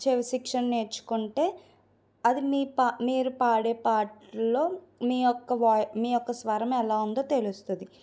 చెవి శిక్షణ నేర్చుకుంటే అది మీ పా మీరు పాడే పాటల్లో మీయొక్క వాయిస్ మీయొక్క స్వరం ఎలా ఉందో తెలుస్తుంది